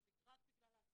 זה רק בגלל ההסעות.